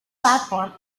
platform